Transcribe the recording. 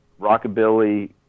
rockabilly